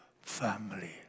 family